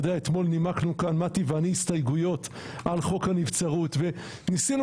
אתמול נימקנו כאן מטי ואני הסתייגויות על חוק הנבצרות וניסינו